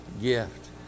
gift